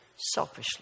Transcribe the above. selfishly